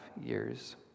years